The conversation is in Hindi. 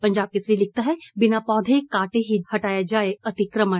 पंजाब केसरी लिखता है बिना पौधे काटे ही हटाया जाए अतिकमण